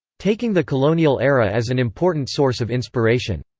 taking the colonial era as an important source of inspiration.